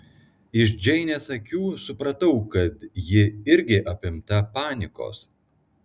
iš džeinės akių supratau kad ji irgi apimta panikos